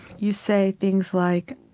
you say things like,